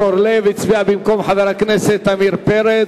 אורלב הצביע במקום חבר הכנסת עמיר פרץ.